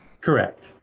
Correct